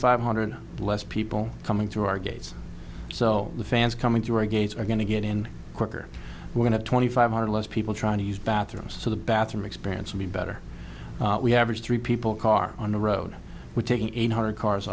five hundred less people coming through our gates so the fans coming through a gate are going to get in quicker we're going to twenty five hundred less people trying to use bathrooms so the bathroom experience would be better we have a three people car on the road we're taking eight hundred cars